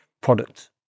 product